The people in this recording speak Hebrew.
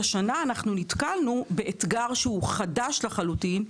השנה אנחנו נתקלנו באתגר חדש לחלוטין,